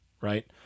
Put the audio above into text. right